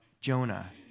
Jonah